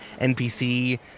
NPC